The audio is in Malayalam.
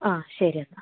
ആ ശരിയെന്നാൽ